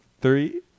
Three